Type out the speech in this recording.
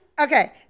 okay